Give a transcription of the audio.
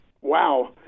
Wow